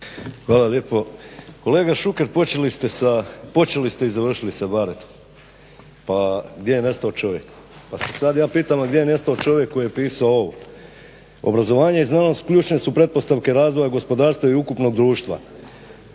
Hvala lijepo. Kolega Šuker počeli ste sa, počeli ste i završili sa Baretom pa gdje je nestao čovjek. Pa se sad ja pitam a gdje je nestao čovjek koji je pisao ovo? Obrazovanje i znanost ključne su pretpostavke razvoja gospodarstva i ukupnog društva.